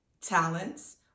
talents